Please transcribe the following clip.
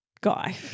guy